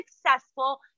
successful